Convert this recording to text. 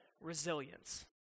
resilience